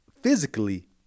physically